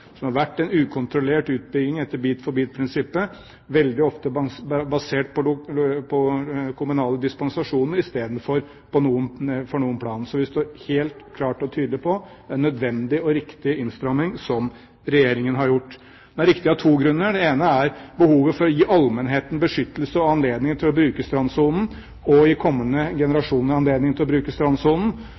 har vært en ukontrollert utbygging etter bit for bit-prinsippet – veldig ofte basert på kommunale dispensasjoner i stedet for en plan. Så vi står helt klart og tydelig på at det er en nødvendig og riktig innstramming som Regjeringen har gjort. Det er riktig av to grunner. Det ene er behovet for å gi allmennheten beskyttelse, anledning til å bruke strandsonen og å gi kommende generasjoner anledning til å bruke strandsonen.